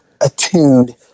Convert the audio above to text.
attuned